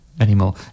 Anymore